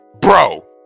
Bro